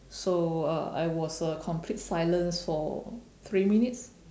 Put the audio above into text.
so uh I was uh complete silence for three minutes